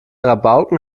rabauken